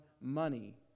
money